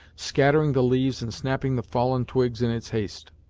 scattering the leaves and snapping the fallen twigs in its haste.